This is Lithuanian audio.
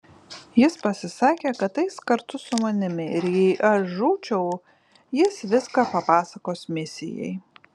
jis pasisakė kad eis kartu su manimi ir jei aš žūčiau jis viską papasakos misijai